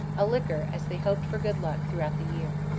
a liquor, as they hoped for good luck throughout the year.